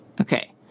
Okay